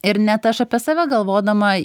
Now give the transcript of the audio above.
ir net aš apie save galvodama